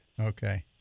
Okay